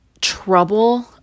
trouble